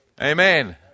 Amen